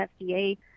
FDA